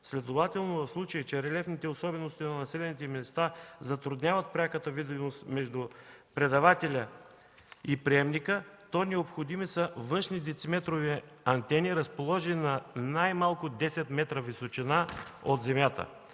Следователно в случай, че релефните особености на населените места затрудняват пряката видимост между предавателя и приемника, то необходими са външни дециметрови антени, разположени на най-малко 10 метра височина от земята